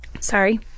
sorry